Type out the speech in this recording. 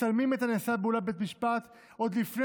מצלמים את הנעשה באולם בית משפט עוד לפני